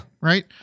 Right